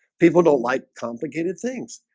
people don't like complicated things.